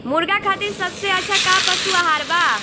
मुर्गा खातिर सबसे अच्छा का पशु आहार बा?